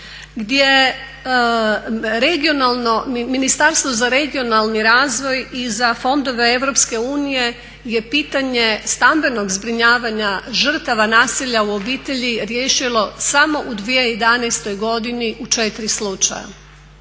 gdje Ministarstvo za regionalni razvoj i za fondove Europske unije je pitanje stambenog zbrinjavanja žrtava nasilja u obitelji riješilo samo u 2011. godini u 4 slučaja.